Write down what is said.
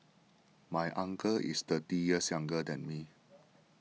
my uncle is thirty years younger than me